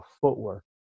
footwork